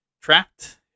trapped